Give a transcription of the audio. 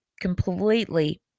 completely